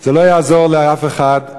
זה לא יעזור לאף אחד,